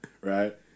Right